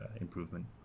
improvement